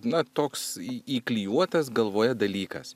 na toks įklijuotas galvoje dalykas